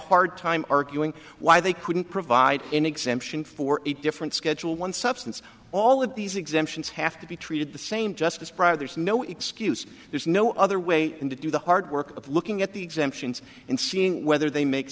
hard time arguing why they couldn't provide an exemption for a different schedule one substance all of these exemptions have to be treated the same just as private there's no excuse there's no other way than to do the hard work of looking at the exemptions and seeing whether